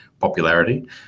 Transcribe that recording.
popularity